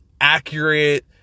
accurate